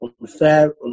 Unfair